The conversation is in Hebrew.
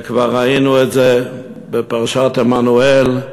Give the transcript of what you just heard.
וכבר ראינו את זה בפרשת עמנואל,